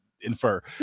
infer